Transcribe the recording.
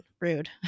rude